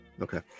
Okay